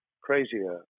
crazier